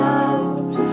out